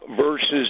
versus